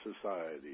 society